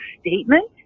statement